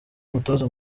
umutoza